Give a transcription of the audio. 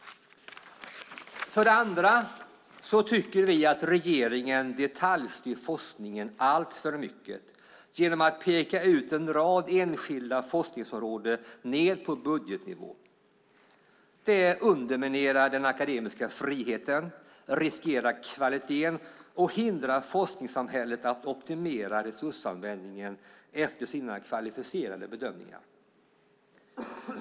För det andra tycker vi att regeringen detaljstyr forskningen alltför mycket genom att peka ut en rad enskilda forskningsområden ned på budgetnivå. Det underminerar den akademiska friheten, riskerar kvaliteten och hindrar forskningssamhället att optimera resursanvändningen efter sina kvalificerade bedömningar.